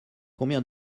combien